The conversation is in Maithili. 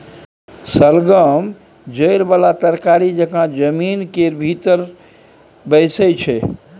शलगम जरि बला तरकारी जकाँ जमीन केर भीतर बैसै छै